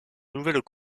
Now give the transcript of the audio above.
nouvelles